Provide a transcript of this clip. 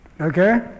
okay